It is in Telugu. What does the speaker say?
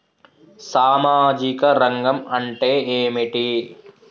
సామాజిక రంగం అంటే ఏమిటి?